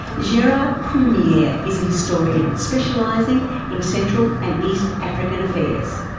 gerard prunier is a historian specialising in central and east african affairs.